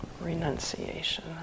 Renunciation